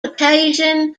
occasion